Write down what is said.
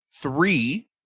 three